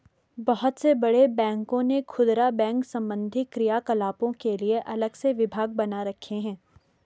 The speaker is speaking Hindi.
बहुत से बड़े बैंकों ने खुदरा बैंक संबंधी क्रियाकलापों के लिए अलग से विभाग बना रखे हैं